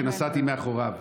כשנסעתי מאחוריו".